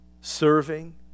serving